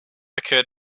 occurred